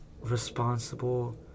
responsible